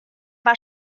war